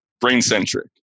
brain-centric